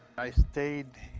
i stayed